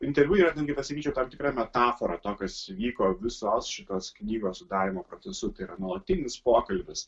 interviu yra netgi pasakyčiau tam tikra metafora to kas vyko visos šitos knygos sudarymo procesu tai yra nuolatinis pokalbis